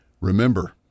Remember